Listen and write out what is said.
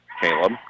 Caleb